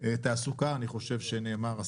תעסוקה אני חושב שכבר נאמר.